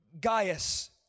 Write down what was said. Gaius